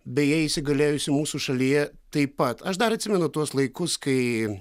beje įsigalėjusi mūsų šalyje taip pat aš dar atsimenu tuos laikus kai